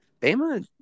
Bama